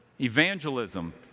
Evangelism